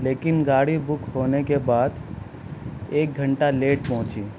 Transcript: لیکن گاڑی بک ہونے کے بعد ایک گھنٹہ لیٹ پہنچی